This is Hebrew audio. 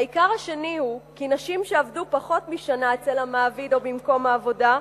העיקר השני הוא כי נשים שעבדו פחות משנה אצל המעביד או במקום העבודה,